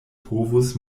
povus